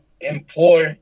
employ